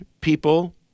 people